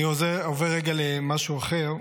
אני עובר רגע למשהו אחר.